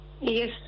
Yes